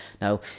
now